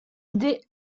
idée